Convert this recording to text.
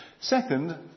Second